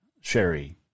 Sherry